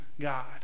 god